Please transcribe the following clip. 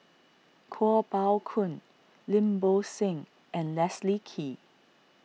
Kuo Pao Kun Lim Bo Seng and Leslie Kee